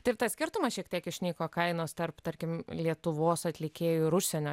tai ir tas skirtumas šiek tiek išnyko kainos tarp tarkim lietuvos atlikėjų ir užsienio